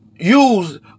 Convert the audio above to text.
use